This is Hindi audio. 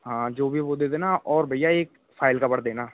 हाँ जो भी हो वो दे देना और भइया एक फ़ाइल कवर देना